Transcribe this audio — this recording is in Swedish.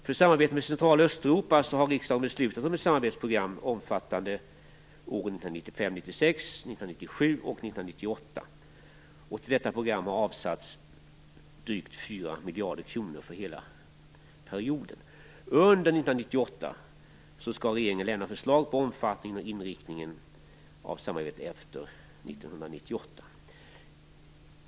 När det gäller Central och Östeuropa har riksdagen beslutat om ett samarbetsprogram omfattande åren 1995/96, 1997 och 1998. Till detta program har avsatts drygt 4 miljarder kronor för hela perioden. Under 1998 skall regeringen lämna förslag om omfattning och inriktning av samarbetet efter 1998.